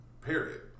Period